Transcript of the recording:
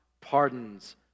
pardons